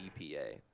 epa